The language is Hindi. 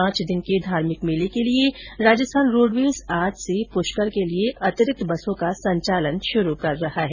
पांच दिन के धार्मिक मेले के लिए राजस्थान रोडवेज आज से पुष्कर के लिए अतिरिक्त बसों का संचालन शुरू कर रहा है